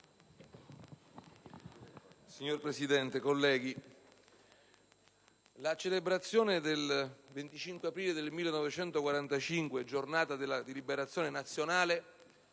Signor Presidente, onorevoli colleghi, la celebrazione del 25 aprile 1945, giornata della liberazione nazionale,